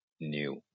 new